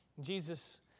Jesus